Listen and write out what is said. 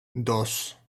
dos